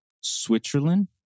Switzerland